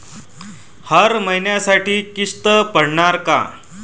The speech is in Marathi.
हर महिन्यासाठी किस्त पडनार का?